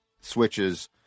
switches